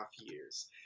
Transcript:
years